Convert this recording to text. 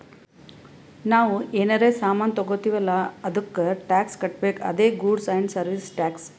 ನಾವ್ ಏನರೇ ಸಾಮಾನ್ ತಗೊತ್ತಿವ್ ಅಲ್ಲ ಅದ್ದುಕ್ ಟ್ಯಾಕ್ಸ್ ಕಟ್ಬೇಕ್ ಅದೇ ಗೂಡ್ಸ್ ಆ್ಯಂಡ್ ಸರ್ವೀಸ್ ಟ್ಯಾಕ್ಸ್